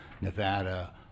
Nevada